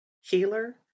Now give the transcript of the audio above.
healer